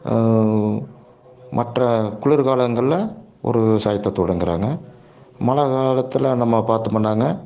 மற்ற குளிர் காலங்களில் ஒரு விவசாயத்தை தொடங்குகிறாங்க மழை காலத்தில் நம்ம பாத்தோமுனாங்க